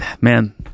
man